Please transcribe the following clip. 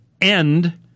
end